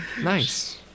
nice